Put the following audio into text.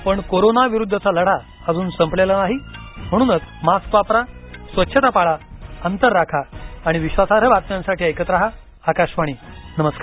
पण कोरोना विरुद्धचा लढा अजून संपलेला नाही म्हणूनच मास्क वापरा स्वच्छता पाळा अंतर राखा आणि विश्वासार्ह बातम्यांसाठी ऐकत राहा आकाशवाणी नमस्कार